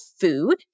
food